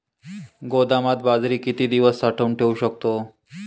गोदामात बाजरी किती दिवस साठवून ठेवू शकतो?